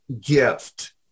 gift